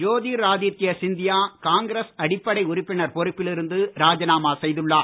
Jyotiraditya Scindia Congress அடிப்படை உறுப்பினர் பொறுப்பில் இருந்து ராஜினாமா செய்துள்ளார்